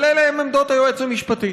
אבל אלה הן עמדות היועץ המשפטי.